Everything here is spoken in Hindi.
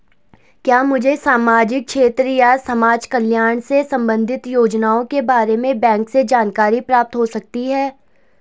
क्या मुझे सामाजिक क्षेत्र या समाजकल्याण से संबंधित योजनाओं के बारे में बैंक से जानकारी प्राप्त हो सकती है?